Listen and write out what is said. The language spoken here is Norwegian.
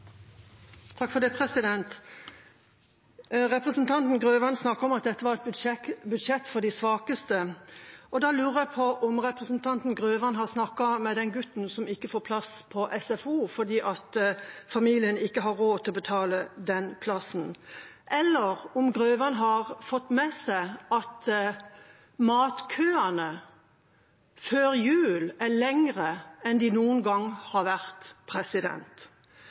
budsjett for de svakeste. Da lurer jeg på om representanten Grøvan har snakket med den gutten som ikke får plass på SFO fordi familien ikke har råd til å betale den plassen, eller om han har fått med seg at matkøene før jul er lengre enn de noen gang har vært.